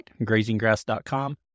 grazinggrass.com